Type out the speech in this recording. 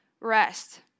rest